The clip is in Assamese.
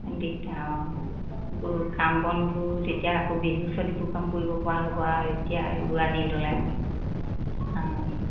দিগদাৰ অঁ এইবোৰ কাম বনবোৰ তেতিয়া আকৌ বিহুৰ ওচৰত এইবোৰ কাম কৰিব পৰা হ'ব আৰু এতিয়া এইবোৰ আনি ল'লে মানে অঁ